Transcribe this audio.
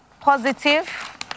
positive